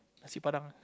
Nasi-Padang